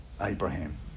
abraham